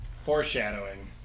Foreshadowing